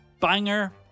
Banger